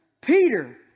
Peter